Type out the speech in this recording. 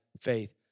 faith